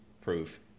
proof